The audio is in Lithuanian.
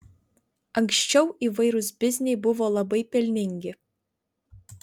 anksčiau įvairūs bizniai buvo labai pelningi